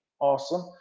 awesome